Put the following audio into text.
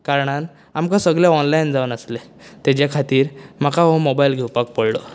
कारणान आमकां सगळें ऑनलायन जावन आसलें तेज्या खातीर म्हाका हो मोबायल घेवपाक पडलो